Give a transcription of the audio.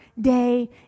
day